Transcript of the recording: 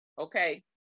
Okay